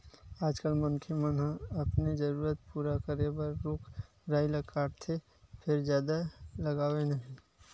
आजकाल मनखे मन ह अपने जरूरत पूरा करे बर रूख राई ल काटथे फेर जादा लगावय नहि